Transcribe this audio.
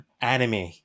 anime